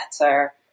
better